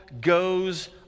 goes